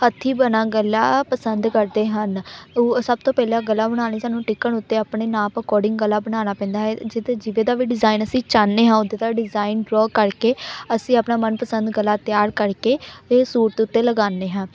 ਹੱਥੀਂ ਬਣਾ ਗਲਾ ਪਸੰਦ ਕਰਦੇ ਹਨ ਉਹ ਸਭ ਤੋਂ ਪਹਿਲਾਂ ਗਲਾ ਬਣਾਉਣ ਲਈ ਸਾਨੂੰ ਟਿਕਣ ਉੱਤੇ ਆਪਣੇ ਨਾਪ ਅਕੋਡਿੰਗ ਗਲਾ ਬਣਾਉਣਾ ਪੈਂਦਾ ਹੈ ਜਿਸ 'ਤੇ ਜਿਵੇਂ ਦਾ ਵੀ ਡਿਜ਼ਾਇਨ ਅਸੀਂ ਚਾਹੁੰਦੇ ਹਾਂ ਉਹਦੇ ਤਾਂ ਡਿਜ਼ਾਇਨ ਡਰੋਅ ਕਰਕੇ ਅਸੀਂ ਆਪਣਾ ਮਨਪਸੰਦ ਗਲਾ ਤਿਆਰ ਕਰਕੇ ਅਤੇ ਸੂਟ ਉੱਤੇ ਲਗਾਉਂਦੇ ਹਾਂ